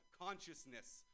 consciousness